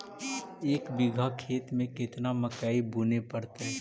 एक बिघा खेत में केतना मकई बुने पड़तै?